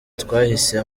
twahise